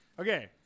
Okay